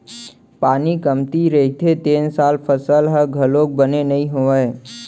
पानी कमती रहिथे तेन साल फसल ह घलोक बने नइ होवय